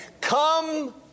Come